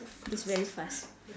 it's very fast